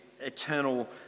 eternal